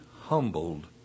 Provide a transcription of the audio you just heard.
humbled